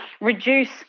reduce